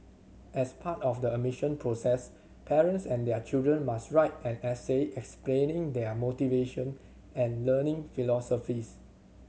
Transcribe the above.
as part of the admission process parents and their children must write an essay explaining their motivation and learning philosophies